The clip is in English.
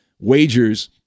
wagers